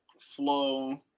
flow